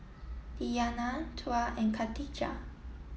Diyana Tuah and Katijah